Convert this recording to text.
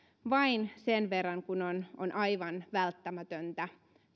vain sen verran kun on on aivan välttämätöntä